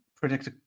predict